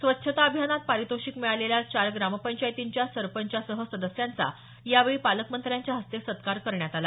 स्वच्छता अभियानात पारितोषिक मिळालेल्या चार ग्रामपंचायतीच्या सरपंचासह सदस्यांचा यावेळी पालकमंत्र्यांच्या हस्ते सत्कार करण्यात आला